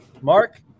mark